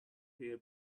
hair